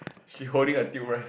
she holding a tilt rack